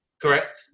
Correct